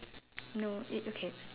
no it okay